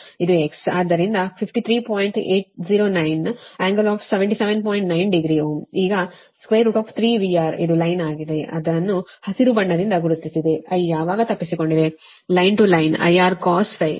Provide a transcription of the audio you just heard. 90 Ω ಈಗ 3VR ಇದು line ಆಗಿದೆ ಅದನ್ನು ಹಸಿರು ಬಣ್ಣದಿಂದ ಗುರುತಿಸಿದೆ I ಯಾವಾಗ ತಪ್ಪಿಸಿಕೊಂಡಿದೆ line to line IR cos φP201000 ಆಗಿದೆ